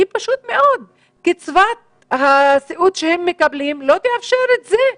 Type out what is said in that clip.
כי פשוט מאוד קצבת הסיעוד שהם מקבלים לא תאפשר את זה.